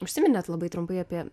užsiiminėt labai trumpai apie